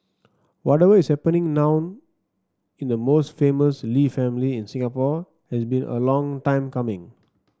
whatever is happening now in the most famous Lee family in Singapore has been a long time coming